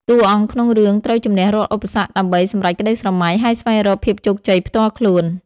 តួអង្គក្នុងរឿងត្រូវជម្នះរាល់ឧបសគ្គដើម្បីសម្រេចក្ដីស្រមៃ ហើយស្វែងរកភាពជោគជ័យផ្ទាល់ខ្លួន។